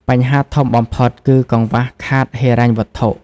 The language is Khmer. បញ្ហាធំបំផុតគឺ កង្វះខាតហិរញ្ញវត្ថុ។